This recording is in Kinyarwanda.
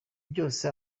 byose